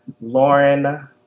Lauren